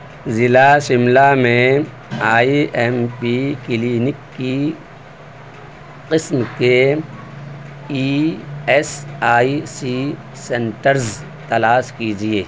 ضلع شملہ میں I M P clinic کی قسم کے E S I C centres تلاش کیجیے